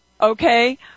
okay